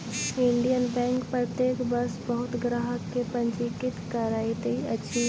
Indian Bank प्रत्येक वर्ष बहुत ग्राहक के पंजीकृत करैत अछि